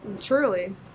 truly